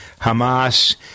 Hamas